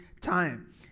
time